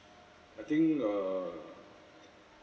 I think uh